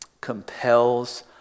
compels